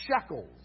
shekels